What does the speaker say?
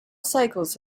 cycles